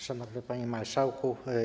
Szanowny Panie Marszałku!